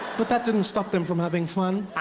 but that didn't stop them from having fun.